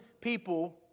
people